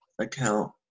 account